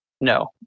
No